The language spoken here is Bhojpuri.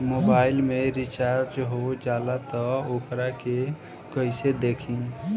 मोबाइल में रिचार्ज हो जाला त वोकरा के कइसे देखी?